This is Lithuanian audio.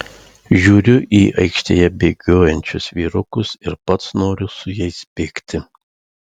žiūriu į aikštėje bėgiojančius vyrukus ir pats noriu su jais bėgti